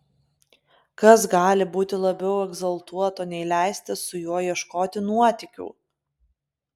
kas gali būti labiau egzaltuoto nei leistis su juo ieškoti nuotykių